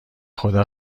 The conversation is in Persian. خدا